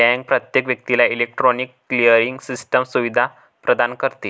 bank प्रत्येक व्यक्तीला electronic clearing system सुविधा प्रदान करते